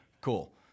cool